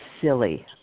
silly